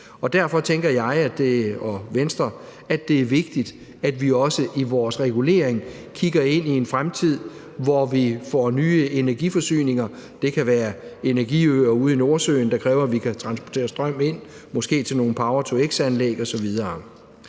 derfor tænker jeg og Venstre, at det er vigtigt, at vi også i vores regulering kigger ind i en fremtid, hvor vi får nye energiforsyninger. Det kan være energiøer ude i Nordsøen, der kræver, at vi kan transportere strøm ind, måske til nogle power-to-x-anlæg osv.